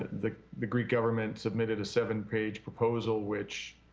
the the greek government submitted a seven-page proposal which,